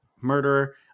murderer